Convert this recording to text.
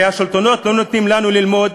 הרי השלטונות לא נותנים לנו ללמוד,